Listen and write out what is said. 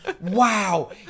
Wow